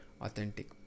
authentic